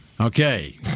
Okay